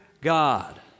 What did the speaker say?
God